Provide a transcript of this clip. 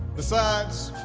besides,